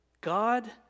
God